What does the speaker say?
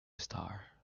star